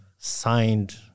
signed